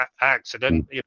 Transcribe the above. accident